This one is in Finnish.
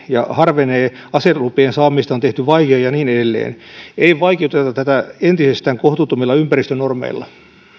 ja harvenee aselupien saamisesta on tehty vaikeaa ja niin edelleen ei vaikeuteta tätä entisestään kohtuuttomilla ympäristönormeilla